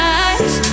eyes